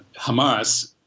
Hamas